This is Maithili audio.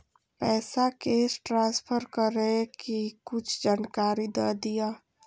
पैसा कैश ट्रांसफर करऐ कि कुछ जानकारी द दिअ